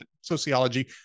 sociology